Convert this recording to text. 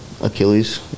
Achilles